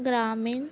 ਗ੍ਰਾਮੀਣ